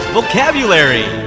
Vocabulary